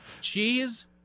cheese